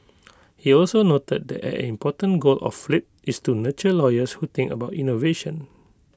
he also noted that an important goal of flip is to nurture lawyers who think about innovation